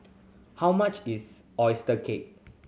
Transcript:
how much is oyster cake